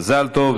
מזל טוב.